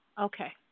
Okay